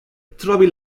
trovi